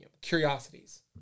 Curiosities